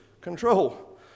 control